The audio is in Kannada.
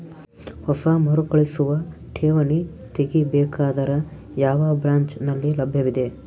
ಹೊಸ ಮರುಕಳಿಸುವ ಠೇವಣಿ ತೇಗಿ ಬೇಕಾದರ ಯಾವ ಬ್ರಾಂಚ್ ನಲ್ಲಿ ಲಭ್ಯವಿದೆ?